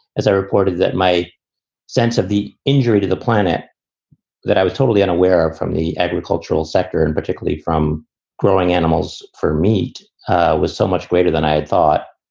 as i reported, that my sense of the injury to the planet that i was totally unaware of from the agricultural sector and particularly from growing animals for meat was so much greater than i had thought.